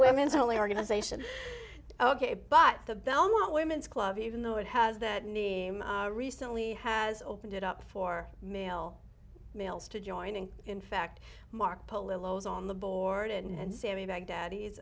women's only organization ok but the belmont women's club even though it has that name recently has opened it up for male males to joining in fact markopolos on the board and sammy baghdad he's